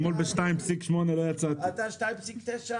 (היו"ר מיכל שיר סגמן)